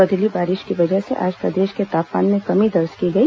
बदली बारिश की वजह से आज प्रदेश के तापमान में कमी दर्ज की गई